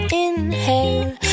inhale